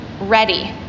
ready